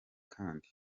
kandi